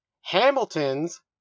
Hamilton's